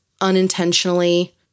unintentionally